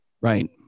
Right